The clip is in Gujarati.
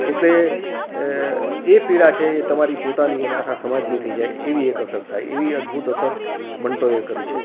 એટલે એ પીડા છે એ તમારી પોતાની અને આખા સમાજની થઈ જાય એવી એક અસર થાય એવી અદ્ભુત અસર મંટોએ કરી છે